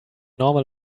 normal